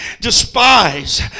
despise